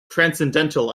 transcendental